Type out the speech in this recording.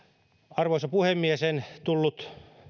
arvoisa puhemies en tullut